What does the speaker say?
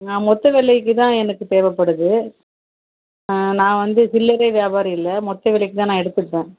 ஆ மொத்த விலைக்கு தான் எனக்கு தேவைப்படுது நான் வந்து சில்லறை வியாபாரி இல்லை மொத்த விலைக்கு தான் நான் எடுத்துப்பேன்